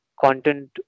content